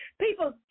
People